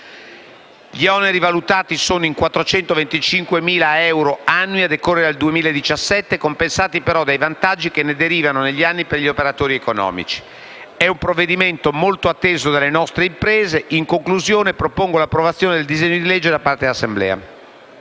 Gli oneri sono valutati in 425.000 euro annui a decorrere dal 2017, compensati però dai vantaggi che ne deriveranno negli anni per gli operatori economici. Si tratta di un provvedimento molto atteso dalle nostre imprese e, in conclusione, propongo l'approvazione del disegno di legge da parte dell'Assemblea.